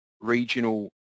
regional